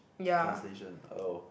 translation oh